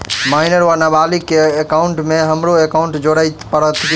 Minor वा नबालिग केँ एकाउंटमे हमरो एकाउन्ट जोड़य पड़त की?